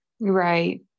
Right